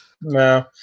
No